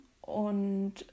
und